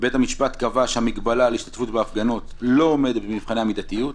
בית המשפט קבע שההגבלה על השתתפות בהפגנות לא עומדת במבחני המידתיות,